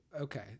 Okay